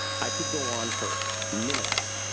i could go on for minutes,